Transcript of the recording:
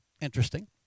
Interesting